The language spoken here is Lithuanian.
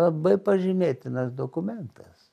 labai pažymėtinas dokumentas